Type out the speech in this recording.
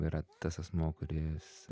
yra tas asmuo kuris